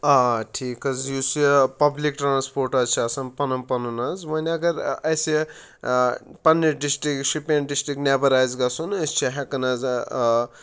آ ٹھیٖک حظ یُس یہِ پَبلِک ٹرٛانَسپوٹ حظ چھِ آسان پَنُن پَنُن حظ وۄنۍ اَگر اَسہِ پنٛنہِ ڈِسٹِرٛک شُپیَن ڈِسٹِرٛک نٮ۪بَر آسہِ گژھُن أسۍ چھِ ہٮ۪کان حظ آ